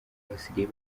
basigaye